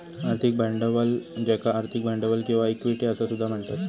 आर्थिक भांडवल ज्याका आर्थिक भांडवल किंवा इक्विटी असा सुद्धा म्हणतत